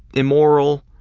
immoral?